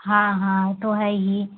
हाँ हाँ तो है ही